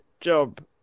job